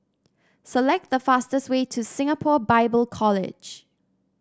select the fastest way to Singapore Bible College